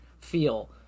feel